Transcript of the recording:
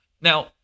Now